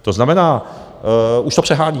To znamená, už to přeháníte.